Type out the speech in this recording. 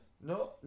No